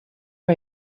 are